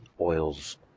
oils